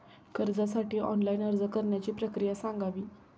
कर्जासाठी ऑनलाइन अर्ज करण्याची प्रक्रिया सांगावी